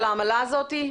על העמלה הזאת?